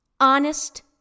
honest